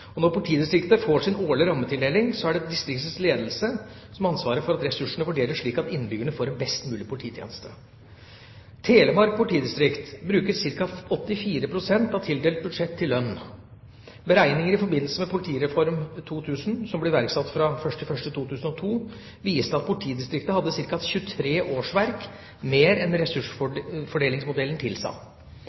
Når politidistriktet får sin årlige rammetildeling, er det distriktets ledelse som har ansvaret for at ressursene fordeles slik at innbyggerne får en best mulig polititjeneste. Telemark politidistrikt bruker ca. 84 pst. av tildelt budsjett til lønn. Beregninger i forbindelse med Politireform 2000, som ble iverksatt fra 1. januar 2002, viste at politidistriktet hadde ca. 23 årsverk mer enn ressursfordelingsmodellen tilsa.